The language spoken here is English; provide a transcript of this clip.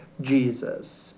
Jesus